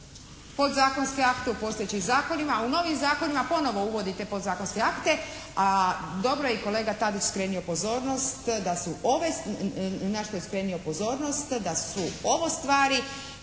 podzakonske akte u postojećim zakonima, a u novim zakonima ponovno uvodi te podzakonske akte. A dobro je i kolega Tadić skrenuo pozornost da su ove, na